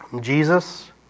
Jesus